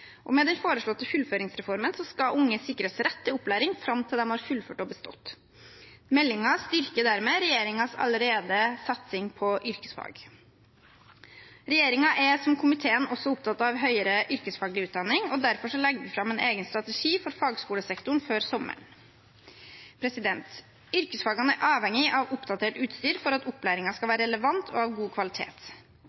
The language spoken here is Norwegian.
Med den foreslåtte fullføringsreformen skal unge sikres rett til opplæring fram til de har fullført og bestått. Meldingen styrker dermed satsingen regjeringen allerede gjør på yrkesfag. Regjeringen er som komiteen også opptatt av høyere yrkesfagutdanning, og derfor legger vi fram en egen strategi for fagskolesektoren før sommeren. Yrkesfagene er avhengig av oppdatert utstyr for at opplæringen skal